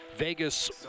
Vegas